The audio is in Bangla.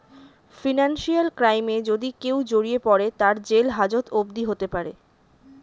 ফিনান্সিয়াল ক্রাইমে যদি কেও জড়িয়ে পরে, তার জেল হাজত অবদি হতে পারে